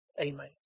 Amen